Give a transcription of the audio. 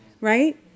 Right